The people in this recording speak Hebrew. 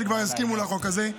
שכבר יסכימו לחוק הזה.